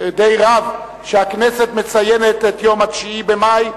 די רב הכנסת מציינת את יום ה-9 במאי,